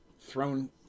Thrown